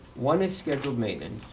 one is scheduled maintenance.